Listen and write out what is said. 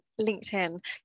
LinkedIn